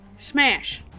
Smash